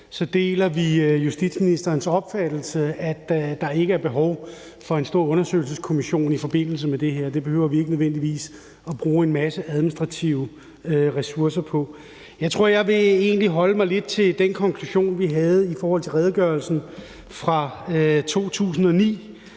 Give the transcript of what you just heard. deler justitsministerens opfattelse af, at der ikke er behov for en stor undersøgelseskommission i forbindelse med det her. Det behøver vi ikke nødvendigvis at bruge en masse administrative ressourcer på. Jeg tror egentlig, at jeg vil holde mig lidt til den konklusion, vi drog i forhold til redegørelsen fra 2009.